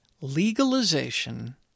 legalization